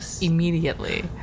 immediately